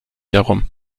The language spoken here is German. darum